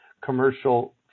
commercial